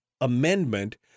amendment